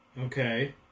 okay